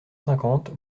cinquante